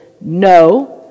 no